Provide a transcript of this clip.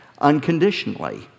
unconditionally